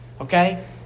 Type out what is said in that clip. Okay